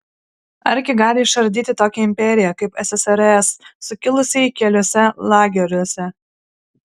argi gali išardyti tokią imperiją kaip ssrs sukilusieji keliuose lageriuose